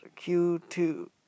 Q2